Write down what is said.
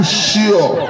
sure